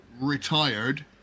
retired